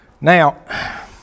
Now